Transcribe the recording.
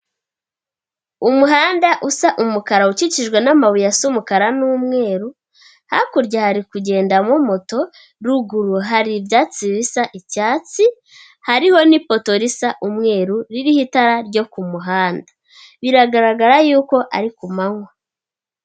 Umuhanda usa umukara ukikijwe n'amabuye asa umukara n'umweru, hakurya hari kugendamo moto, ruguru hari ibyatsi bisa icyatsi, hariho n'ipoto risa umweru ririho itara ryo ku muhanda, biragaragara y'uko ari ku manywa.